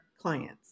clients